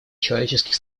человеческих